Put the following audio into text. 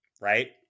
right